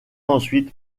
ensuite